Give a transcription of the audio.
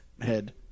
head